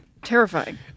Terrifying